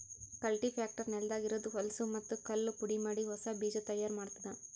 cultipacker ನೆಲದಾಗ ಇರದ್ ಹೊಲಸೂ ಮತ್ತ್ ಕಲ್ಲು ಪುಡಿಮಾಡಿ ಹೊಸಾ ಬೀಜ ತೈಯಾರ್ ಮಾಡ್ತುದ